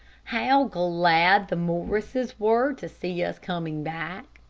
how glad the morrises were to see us coming back.